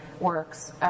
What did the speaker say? works